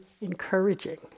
encouraging